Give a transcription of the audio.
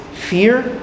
Fear